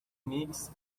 نیکز